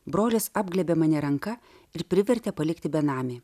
brolis apglėbė mane ranka ir privertė palikti benamį